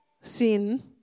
sin